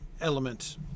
element